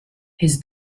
his